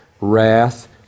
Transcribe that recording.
wrath